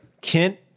Kent